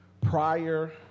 Prior